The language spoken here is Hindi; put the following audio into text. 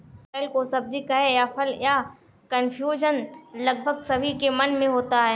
कटहल को सब्जी कहें या फल, यह कन्फ्यूजन लगभग सभी के मन में होता है